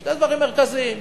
שני דברים מרכזיים: